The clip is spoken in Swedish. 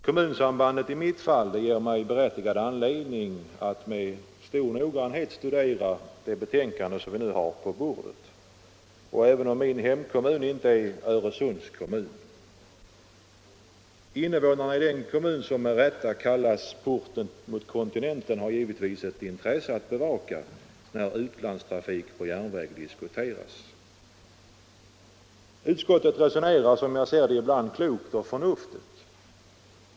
Kommunsambandet i mitt fall ger mig anledning att med stor noggrannhet studera det betänkande som nu föreligger, även om min hemkommun inte är en Öresundskommun. Invånarna i den kommun som med rätta kallas porten mot kontinenten har givetvis ett intresse att bevaka när utlandstrafik på järnväg diskuteras. Utskottet resonerar, som jag ser det, ibland klokt och förnuftigt.